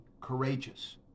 courageous